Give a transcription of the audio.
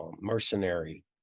Mercenary